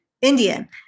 indian